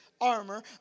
armor